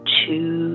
two